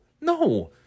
no